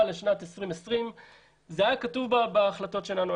לשנת 2020. זה היה כתוב בהחלטות שלנו.